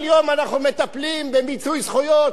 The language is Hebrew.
כל יום אנחנו מטפלים במיצוי זכויות,